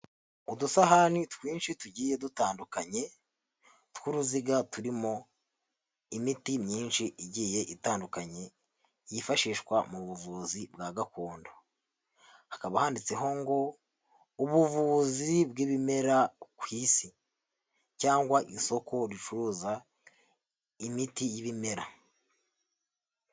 Udusahani twinshi tugiye dutandukanye tw'uruziga turimo imiti myinshi igiye itandukanye yifashishwa mu buvuzi bwa gakondo, hakaba handitseho ngo ''ubuvuzi bw'ibimera ku isi cyangwa isoko bicuruza imiti y'ibimera''.